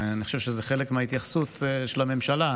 אני חושב שזה חלק מההתייחסות של הממשלה.